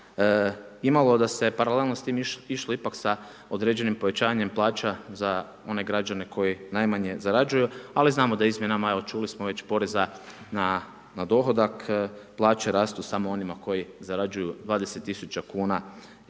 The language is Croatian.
imalo da se paralelno s tim išlo ipak sa određenim povećanjem plaća za one građane koji najmanje zarađuju, ali znamo da izmjenama, evo čuli smo već poreza na dohodak plaće rastu samo onima koji zarađuju 20 tisuća